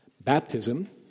baptism